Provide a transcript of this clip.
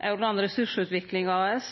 Aurland Ressursutvikling AS,